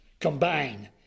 combine